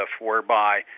whereby